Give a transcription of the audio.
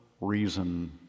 reason